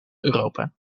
europa